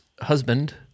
husband